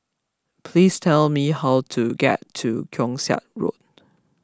please tell me how to get to Keong Saik Road